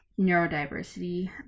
neurodiversity